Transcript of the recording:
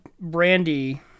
brandy